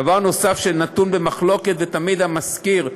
דבר נוסף שנתון במחלוקת ותמיד המשכיר,